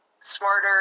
smarter